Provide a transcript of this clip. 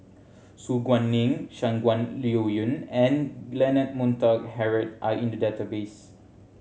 Su Guaning Shangguan Liuyun and Leonard Montague Harrod are in the database